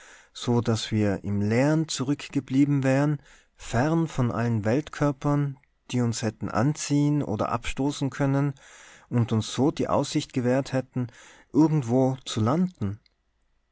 so daß wir im leeren zurückgeblieben wären fern von allen weltkörpern die uns hätten anziehen oder abstoßen können und uns so die aussicht gewährt hätten irgendwo zu landen